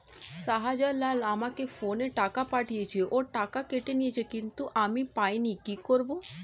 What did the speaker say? শাহ্জালাল আমাকে ফোনে টাকা পাঠিয়েছে, ওর টাকা কেটে নিয়েছে কিন্তু আমি পাইনি, কি করব?